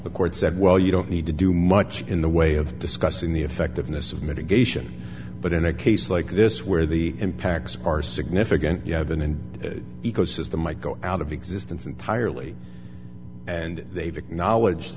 the court said well you don't need to do much in the way of discussing the effectiveness of mitigation but in a case like this where the impacts are significant you have been an ecosystem i go out of existence entirely and they've acknowledge